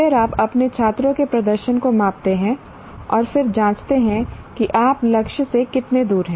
फिर आप अपने छात्रों के प्रदर्शन को मापते हैं और फिर जाँचते हैं कि आप लक्ष्य से कितने दूर हैं